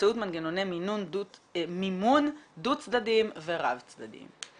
באמצעות מנגנוני מימון דו צדדיים ורב צדדיים".